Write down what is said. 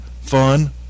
fun